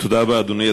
תודה רבה, אדוני.